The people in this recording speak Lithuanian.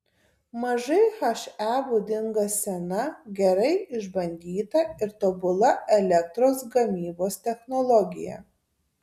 mažai he būdinga sena gerai išbandyta ir tobula elektros gamybos technologija